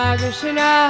Krishna